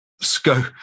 scope